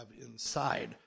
inside